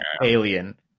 alien